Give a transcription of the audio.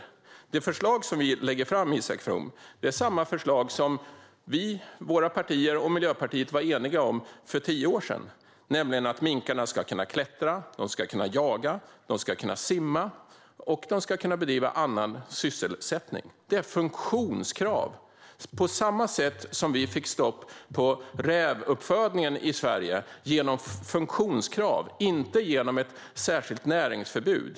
Men det förslag som vi lägger fram är samma förslag som ditt och mitt parti och Miljöpartiet var eniga om för tio år sedan: att minkarna ska kunna klättra, jaga, simma och bedriva annan sysselsättning. Det är funktionskrav. Det var genom funktionskrav vi fick stopp på rävuppfödningen i Sverige, inte genom ett särskilt näringsförbud.